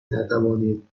نتوانید